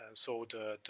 and so, the,